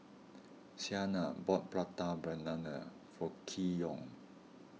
Siena bought Prata Banana for Keyon